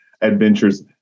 Adventures